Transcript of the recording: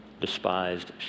despised